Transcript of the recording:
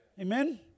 Amen